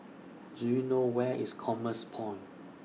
Do YOU know Where IS Commerce Point